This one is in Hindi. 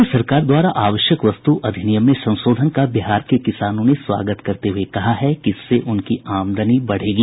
केन्द्र सरकार द्वारा आवश्यक वस्तु अधिनियम में संशोधन का बिहार के किसानों ने स्वागत करते हुए कहा है कि इससे उनकी आमदनी बढ़ेगी